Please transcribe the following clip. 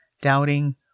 doubting